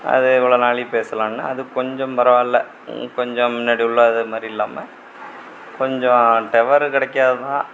அது இவ்வளோ நாளைக்கு பேசலாம்ன்னு அது கொஞ்சம் பரவாயில்ல கொஞ்சம் முன்னாடி உள்ள அது மாதிரி இல்லாமல் கொஞ்சம் டவர் கிடைக்காது தான்